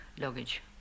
luggage